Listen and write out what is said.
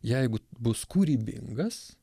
jeigu bus kūrybingas